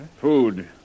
Food